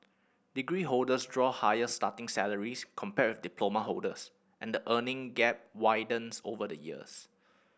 degree holders draw higher starting salaries compared with diploma holders and the earning gap widens over the years